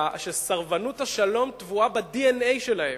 שסרבנות השלום טבועה ב-DNA שלהם.